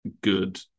good